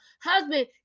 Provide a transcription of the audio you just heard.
husband